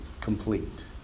complete